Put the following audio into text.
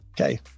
Okay